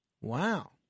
Wow